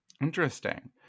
Interesting